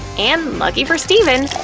and lucky for steven,